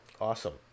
Awesome